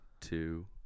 Two